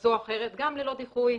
כזו או אחרת, גם ללא דיחוי.